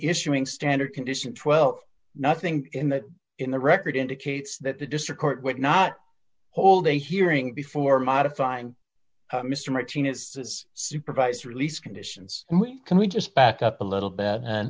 issuing standard condition twelve nothing in that in the record indicates that the district court would not hold a hearing before modifying mr martinez supervised release conditions and we can we just back up a little bit and